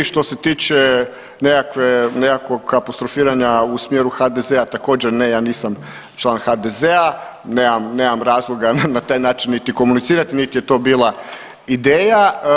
Što se tiče nekakvog apostrofiranja u smjeru HDZ-a također ne, ja nisam član HDZ-a, nemam razloga na taj način niti komunicirati, niti je to bila ideja.